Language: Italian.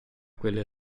quelle